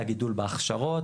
לגידול בהכשרות,